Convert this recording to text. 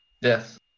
yes